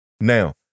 Now